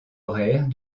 horaires